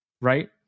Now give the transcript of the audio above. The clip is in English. Right